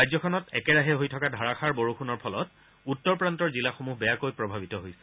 ৰাজ্যখনত একেৰাহে হৈ থকা ধাৰাসাৰ বৰষুণৰ ফলত উত্তৰ প্ৰান্তৰ জিলাসমূহ বেয়াকৈ প্ৰভাৱিত হৈছে